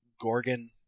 Gorgon